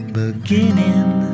beginning